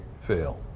fail